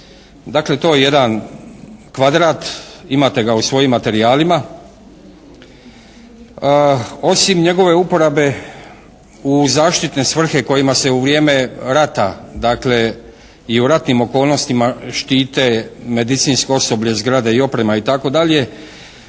Dakle, to je jedan kvadrat, imate ga u svojim materijalima. Osim njegove uporabe u zaštitne svrhe kojima se u vrijeme rata, dakle i u ratnim okolnostima štite medicinsko osoblje, zgrade i oprema itd.,